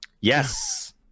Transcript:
Yes